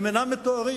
הם אינם מטוהרים.